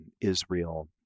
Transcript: Israel